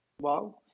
wow